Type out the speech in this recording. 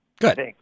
Good